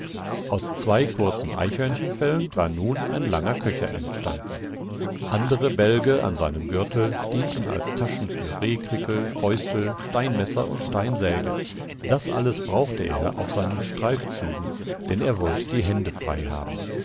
aus zwei kurzen eichhornfellen war nun ein langer köcher entstanden andere bälge an seinem gürtel dienten als taschen für rehkrickel fäustel steinmesser und steinsäge das alles brauchte er auf seinen streifzügen denn er wollte die hände frei haben